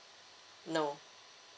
no